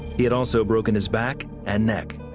he had also broken his back and neck.